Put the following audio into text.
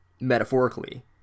Metaphorically